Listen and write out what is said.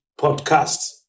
podcasts